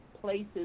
places